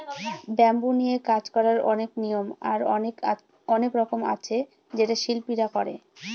bamboo নিয়ে কাজ করার অনেক নিয়ম আর রকম আছে যেটা শিল্পীরা করে